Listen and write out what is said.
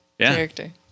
character